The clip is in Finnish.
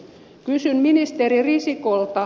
kysyn ministeri risikolta